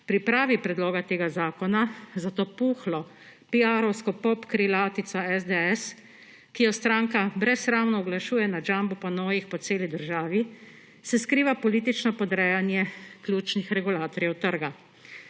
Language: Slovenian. pripravi predloga tega zakona, za to puhlo piarovsko pop krilatico SDS, ki jo stranka brezsramno oglašuje na jumbo panojih po celi državi, se skriva politično podrejanje ključnih regulatorjev trga,